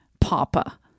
Papa